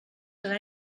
serà